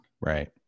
Right